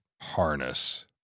harness